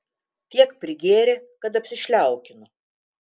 tiek prigėrė kad apsišliaukino